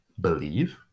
believe